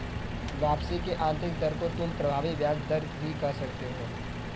वापसी की आंतरिक दर को तुम प्रभावी ब्याज दर भी कह सकते हो